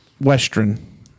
western